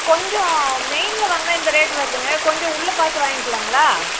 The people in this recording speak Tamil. கொஞ்சம் மெயின்ல வாங்கினா இந்த ரேட் வருதுங்க கொஞ்சம் உள்ளே பார்த்து வாங்கிக்கலாங்களா